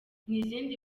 n’izindi